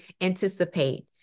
anticipate